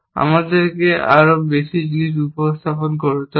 আমাদেরকে আরও বেশি জিনিস উপস্থাপন করতে হবে